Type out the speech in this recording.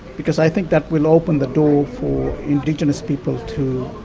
because i think that will open the door for indigenous people to